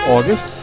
August